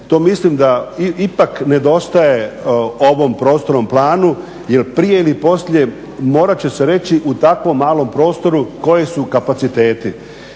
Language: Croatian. to mislim da ipak nedostaje ovom prostornom planu jer prije ili poslije morat će se reći u takvom malom prostoru koji su kapaciteti.